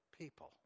people